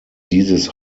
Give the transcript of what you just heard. dieses